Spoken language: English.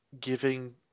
giving